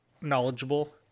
knowledgeable